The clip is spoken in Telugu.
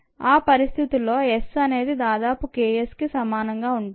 ఆ పరిస్థితిలో S అనేది దాదాపు K s సమానంగా ఉంటుంది